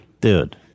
dude